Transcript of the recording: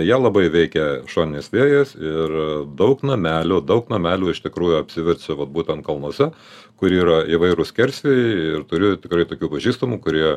ją labai veikia šoninis vėjas ir daug namelių daug namelių iš tikrųjų apsiverčia vat būtent kalnuose kur yra įvairūs skersvėjai ir turiu tikrai tokių pažįstamų kurie